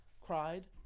cried